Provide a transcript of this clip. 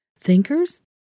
thinkers